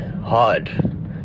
Hard